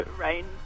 rain